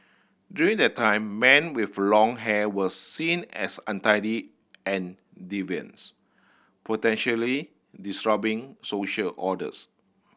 during that time men with long hair were seen as untidy and deviants potentially social orders